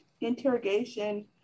interrogation